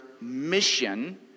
mission